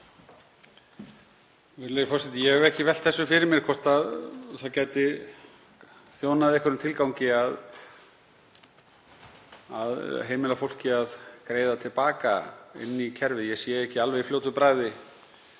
Ég hef ekki velt því fyrir mér hvort það gæti þjóna einhverjum tilgangi að heimila fólki að greiða til baka inn í kerfið. Ég sé ekki alveg í fljótu bragði